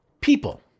people